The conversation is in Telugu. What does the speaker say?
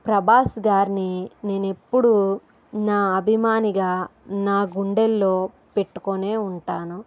ప్రభాస్ గారిని నేనేప్పుడు నా అభిమాని గా నా గుండెల్లో పెట్టుకోనే ఉంటాను